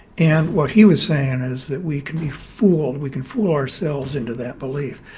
and what he was saying is that we can be fooled, we can fool ourselves into that belief,